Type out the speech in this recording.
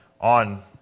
on